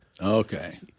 Okay